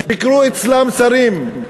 ביקרו אצלם שרים,